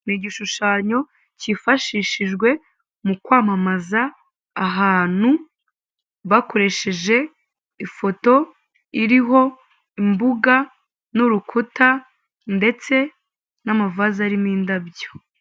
Ni igishushanyo cyifashishijwe mu kwamamaza ahantu bakoresheje ifoto iriho imbuga n'urukuta, ndetse n'amavase aririmo indabyo.